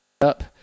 up